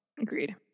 Agreed